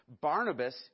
Barnabas